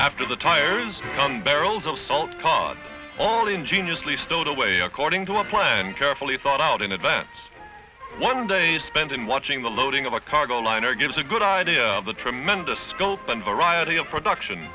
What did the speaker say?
after the tires come barrels of salt come on all the ingeniously stowed away according to a plan carefully thought out in advance one day is spent in watching the loading of a cargo liner gives a good idea of the tremendous scope and variety of production